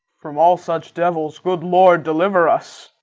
from all such devils, good lord deliver us!